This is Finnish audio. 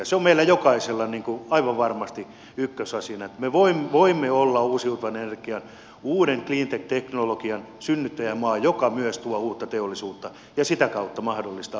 se on meillä jokaisella aivan varmasti ykkösasiana että me voimme olla uusiutuvan energian uu den cleantech teknologian synnyttäjämaa mikä myös tuo uutta teollisuutta ja sitä kautta mahdollistaa vientiteollisuuden kasvun